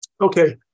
Okay